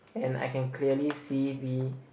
and I can clearly see we